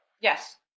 yes